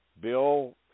Bill